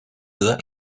duda